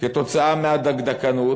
כתוצאה מהדקדקנות,